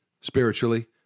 spiritually